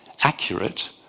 accurate